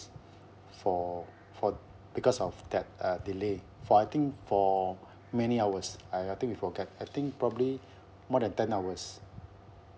for for because of that uh delay for I think for many hours !aiya! I think we forget I think probably more than ten hours